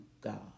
God